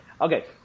okay